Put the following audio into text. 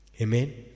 Amen